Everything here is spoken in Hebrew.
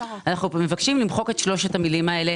אנחנו מבקשים למחוק את שלושת המילים האלה.